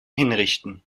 hinrichten